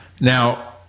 Now